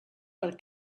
per